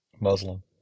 Muslim